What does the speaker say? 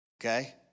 Okay